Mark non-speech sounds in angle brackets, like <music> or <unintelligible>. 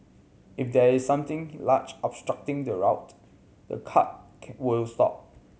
if there is something large obstructing the route the cart <unintelligible> will stop